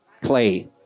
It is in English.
clay